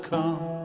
Come